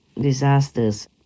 disasters